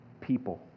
people